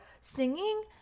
Singing